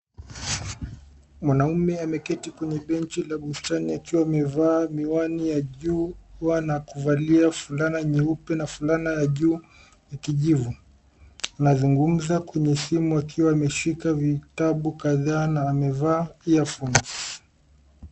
Mwanaume ameketi kwenye benchi la bustani akiwa amevaa miwani ya jua na kuvalia fulana nyeupe na la kijivu na anazungumza kwenye simu akiwa ameshika vitabu kadhaa na amevaa earphones .